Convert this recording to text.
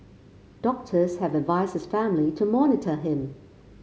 doctors have advised his family to monitor him